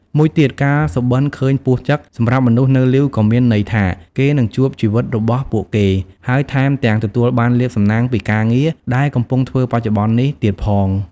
មួយទៀត ការសុបិន្តឃើញពស់ចឹក សម្រាប់មនុស្សនៅលីវក៏មានន័យថា គេនឹងជួបជីវិតរបស់ពួកគេ ហើយថែមទាំងទទួលបានលាភសំណាងពីការងារ ដែលកំពុងធ្វើបច្ចុប្បន្ននេះទៀតផង។